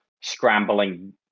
scrambling